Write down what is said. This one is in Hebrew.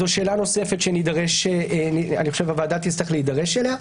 זו שאלה נוספת שהוועדה תצטרך להידרש אליה.